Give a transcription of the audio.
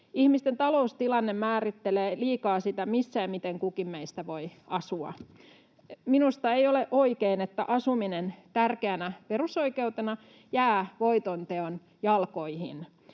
Ihmisten taloustilanne määrittelee liikaa sitä, missä ja miten kukin meistä voi asua. Minusta ei ole oikein, että asuminen tärkeänä perusoikeutena jää voitonteon jalkoihin.